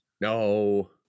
No